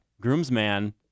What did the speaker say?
groomsman